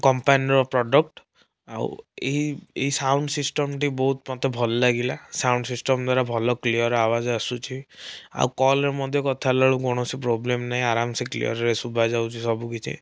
କମ୍ପାନୀର ପ୍ରଡ଼କ୍ଟ ଆଉ ଏହି ଏହି ସାଉଣ୍ଡ ସିଷ୍ଟମଟି ବହୁତ ମୋତେ ଭଲ ଲାଗିଲା ସାଉଣ୍ଡ ସିଷ୍ଟମ ଦ୍ଵାରା ଭଲ କ୍ଲିଅର ଆୱାଜ ଆସୁଛି ଆଉ କଲରେ ମଧ୍ୟ କଥା ହେଲା ବେଳକୁ କୌଣସି ପ୍ରୋବ୍ଲେମ ନାହିଁ ଆରାମସେ କ୍ଲିଅରରେ ସୁବାଯାଉଛି ସବୁକିଛି